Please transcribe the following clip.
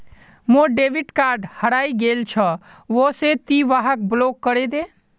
मोर debit card हरइ गेल छ वा से ति वहाक ब्लॉक करे दे